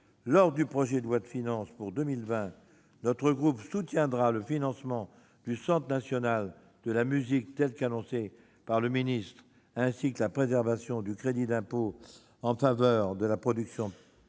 du projet de loi de finances pour 2020, notre groupe soutiendra le financement du Centre national de la musique tel qu'annoncé par le ministre de la culture, ainsi que la préservation du crédit d'impôt en faveur de la production